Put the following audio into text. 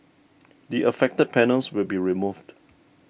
the affected panels will be removed